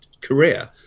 career